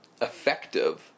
effective